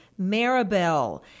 Maribel